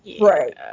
Right